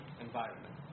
environment